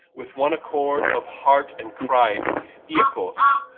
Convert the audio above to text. with one accord of heart and cry iacchos,